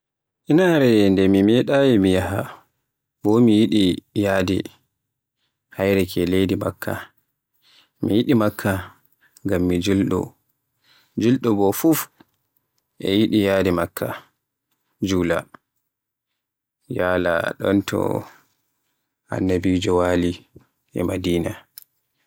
Inaare nde mi meɗaayi mi yaha, bo mi yiɗi yahude hayre ke leydi Makka, mi yiɗi Makka ngam mi jolɗo, jolɗo bo fuf e yiɗi yaha Makka jula, yaala ɗon to Annabijo wali e Madina.